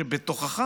שבתוכך